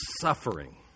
suffering